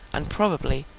and probably,